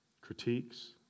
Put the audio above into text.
critiques